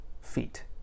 feet